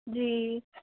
जी